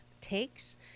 takes